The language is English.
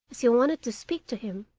as he wanted to speak to him.